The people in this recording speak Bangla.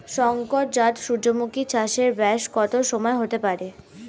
শংকর জাত সূর্যমুখী চাসে ব্যাস কত সময় হতে পারে?